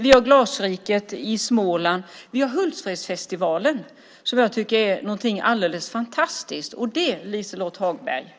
Vi har Glasriket i Småland. Vi har Hultsfredsfestivalen som jag tycker är något alldeles fantastiskt. Vi säger aldrig, Liselott Hagberg,